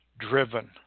driven